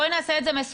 בואי נעשה את זה מסודר,